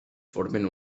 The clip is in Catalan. formen